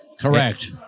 Correct